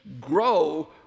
grow